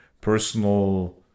personal